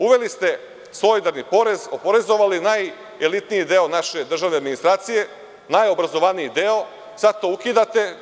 Uveli ste solidarni porez, oporezovali najelitniji deo naše državne administracije, najobrazovaniji deo, sada to ukidate.